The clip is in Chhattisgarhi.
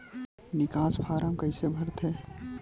निकास फारम कइसे भरथे?